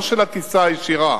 לא של הטיסה הישירה,